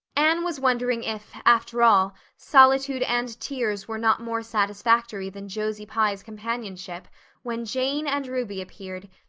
anne was wondering if, after all, solitude and tears were not more satisfactory than josie pye's companionship when jane and ruby appeared,